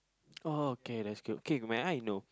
oh okay that's good okay may I know